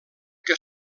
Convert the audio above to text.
que